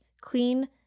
clean